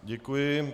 Děkuji.